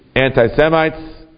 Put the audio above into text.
anti-Semites